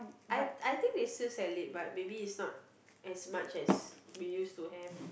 I I think they still sell it but is not as much as we used to have